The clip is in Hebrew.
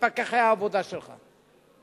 לפקחי העבודה שלך,